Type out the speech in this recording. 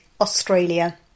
Australia